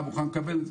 אתה מוכן לקבל את זה?